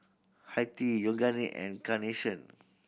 Hi Tea Yoogane and Carnation